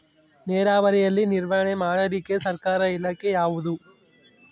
ನೇರಾವರಿಯಲ್ಲಿ ನಿರ್ವಹಣೆ ಮಾಡಲಿಕ್ಕೆ ಸರ್ಕಾರದ ಇಲಾಖೆ ಯಾವುದು?